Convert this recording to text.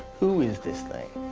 who is this thing?